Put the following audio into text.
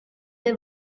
they